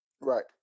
Right